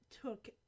took